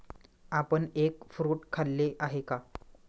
आपण egg fruit खाल्ले आहे का?